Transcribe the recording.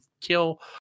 kill